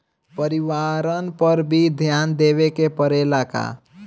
परिवारन पर भी ध्यान देवे के परेला का?